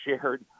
shared